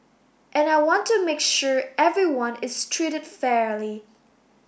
and I want to make sure everyone is treated fairly